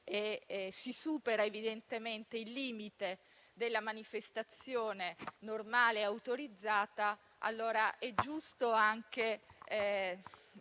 e si supera evidentemente il limite della manifestazione normale e autorizzata, allora è giusto anche